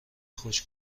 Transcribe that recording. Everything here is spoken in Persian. خوش